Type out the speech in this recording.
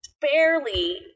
barely